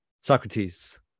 Socrates